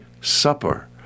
supper